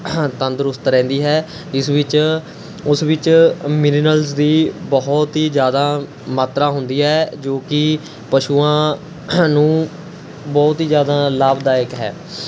ਤੰਦਰੁਸਤ ਰਹਿੰਦੀ ਹੈ ਇਸ ਵਿਚ ਉਸ ਵਿੱਚ ਮਿਲਨਰਜ਼ ਦੀ ਬਹੁਤ ਹੀ ਜ਼ਿਆਦਾ ਮਾਤਰਾ ਹੁੰਦੀ ਹੈ ਜੋ ਕਿ ਪਸ਼ੂਆਂ ਨੂੰ ਬਹੁਤ ਹੀ ਜ਼ਿਆਦਾ ਲਾਭਦਾਇਕ ਹੈ